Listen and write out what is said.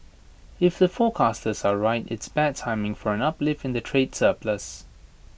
if the forecasters are right it's bad timing for an uplift in the trade surplus